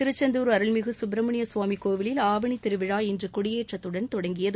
திருச்செந்தூர் அருள்மிகு சுப்ரமணியசுவாமி கோவிலில் திருவிழா இன்று கொடியேற்றத்துடன் தொடங்கியது